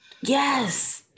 Yes